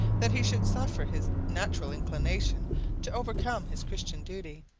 that he should suffer his natural inclination to overcome his christian duty,